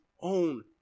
own